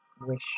wish